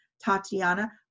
Tatiana